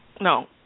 No